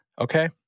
okay